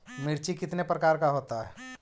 मिर्ची कितने प्रकार का होता है?